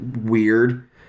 Weird